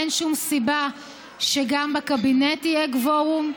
אין שום סיבה שגם בקבינט יהיה קוורום.